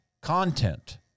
content